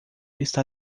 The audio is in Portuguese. está